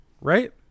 Right